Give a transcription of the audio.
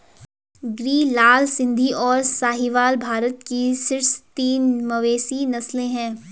गिर, लाल सिंधी, और साहीवाल भारत की शीर्ष तीन मवेशी नस्लें हैं